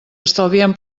estalviem